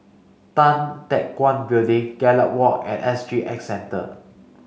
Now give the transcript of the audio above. Tan Teck Guan Building Gallop Walk and S G X Centre